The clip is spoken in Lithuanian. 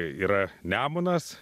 yra nemunas